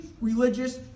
religious